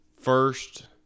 first